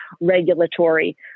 regulatory